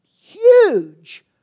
huge